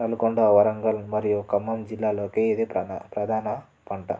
నల్గొండ వరంగల్ మరియు ఖమ్మం జిల్లాలలోకి ఇది ప్రధా ప్రధాన పంట